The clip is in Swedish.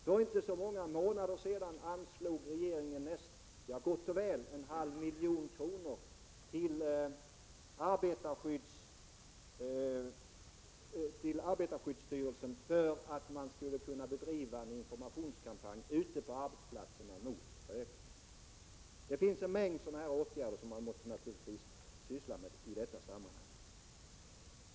För inte så många månader sedan anslog regeringen gott och väl en halv miljon kronor till arbetarskyddsstyrelsen för att den ute på arbetsplatserna skulle kunna bedriva en informationskampanj mot rökning. Det finns en mängd sådana här åtgärder som man naturligtvis måste ägna sig åt i detta sammanhang.